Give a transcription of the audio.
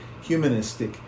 humanistic